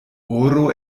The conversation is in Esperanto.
oro